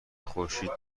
خورشید